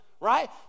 right